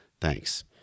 Thanks